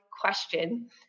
question